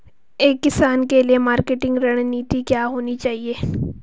एक किसान के लिए मार्केटिंग रणनीति क्या होनी चाहिए?